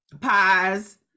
pies